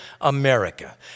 America